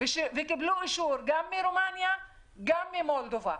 וקיבלו אישור גם מרומניה וגם ממולדובה.